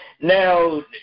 Now